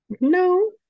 no